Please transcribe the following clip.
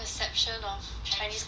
of chinese cuisine